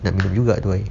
nak beli juga I